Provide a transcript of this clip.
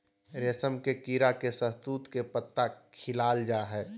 रेशम के कीड़ा के शहतूत के पत्ता खिलाल जा हइ